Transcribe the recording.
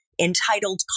entitled